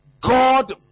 God